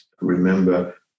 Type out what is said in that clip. remember